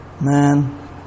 Man